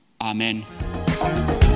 Amen